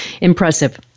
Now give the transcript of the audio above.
impressive